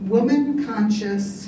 Woman-Conscious